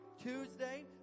tuesday